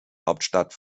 hauptstadt